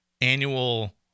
annual